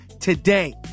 today